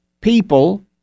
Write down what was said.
People